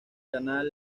canal